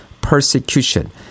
persecution